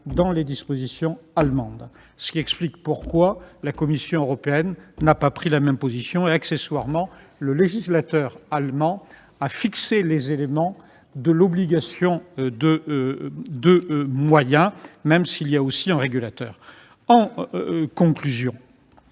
pas de dispositions pénales, ce qui explique pourquoi la Commission européenne a pris une autre position à son sujet, et le législateur allemand a fixé les éléments de l'obligation de moyens, bien qu'il y ait aussi un régulateur. En conclusion,